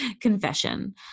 Confession